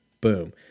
Boom